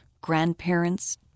grandparents